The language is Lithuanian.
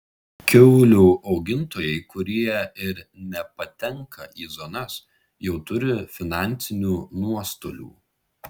kiaulių augintojai kurie ir nepatenka į zonas jau turi finansinių nuostolių